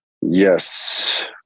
Yes